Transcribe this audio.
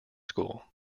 school